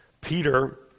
Peter